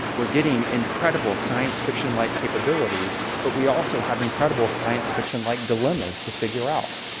we're getting incredible science fiction-like capabilities, but we also have incredible science fiction-like dilemmas to figure out.